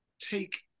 take